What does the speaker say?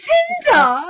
Tinder